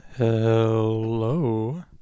Hello